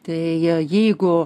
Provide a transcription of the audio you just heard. taigi jeigu